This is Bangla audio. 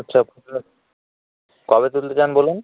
আচ্ছা কবে তুলতে চান বলুন